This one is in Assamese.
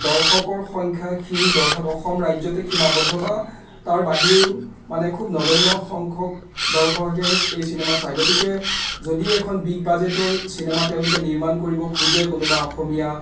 দৰ্শকৰ সংখ্যা সীমিত আৰ্থাৎ অসম ৰাজ্যতে সীমাবদ্ধ বা তাৰ বাহিৰেও মানে খুব নগণ্য সংখ্যক দৰ্শকেহে এই চিনেমা চাই গতিকে যদিও এখন বিগ বাজেটৰ চিনেমা তেওঁলোকে নিৰ্মাণ কৰিব খোজে কোনোবা অসমীয়া